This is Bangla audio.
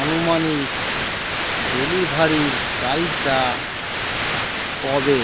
আনুমানিক ডেলিভারির তারিখটা কবে